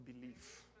belief